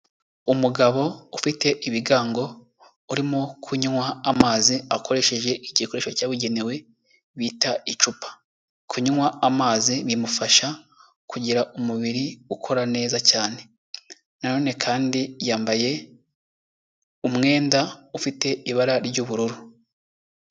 Umugabo ufite ibigango urimo kunywa amazi, akoresheje igikoresho cyabugenewe bita icupa, kunywa amazi bimufasha kugira umubiri ukora neza cyane, na none kandi yambaye umwenda ufite ibara ry'ubururu.